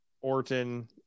Orton